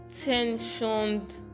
tensioned